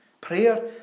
Prayer